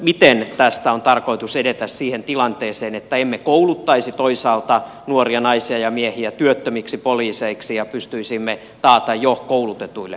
miten tästä on tarkoitus edetä siihen tilanteeseen että emme kouluttaisi toisaalta nuoria naisia ja miehiä työttömiksi poliiseiksi ja pystyisimme takaamaan jo koulutetuille työpaikan